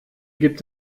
gibt